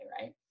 Right